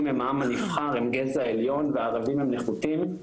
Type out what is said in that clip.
הם העם הנבחר הם גזע עליון וערבים הם נחותים,